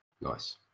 nice